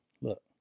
look